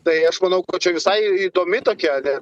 tai aš manau kad čia visai į įdomi tokia ane